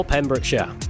Pembrokeshire